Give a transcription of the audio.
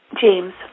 James